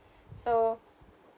so